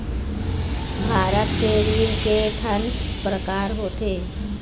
भारत के ऋण के ठन प्रकार होथे?